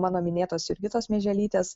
mano minėtos jurgitos mieželytės